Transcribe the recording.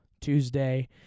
Tuesday